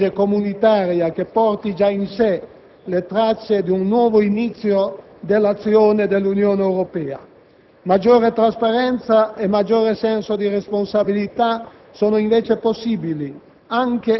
La riforma e il rilancio del processo di costruzione europea sono già tra le priorità del Governo, e siamo fiduciosi che questo saprà infondere nuova e determinante energia e convinzione,